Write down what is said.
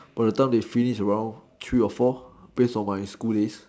by the time they finish around three or four based on my school days